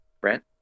Brent